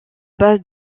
base